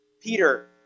Peter